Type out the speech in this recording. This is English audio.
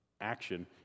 action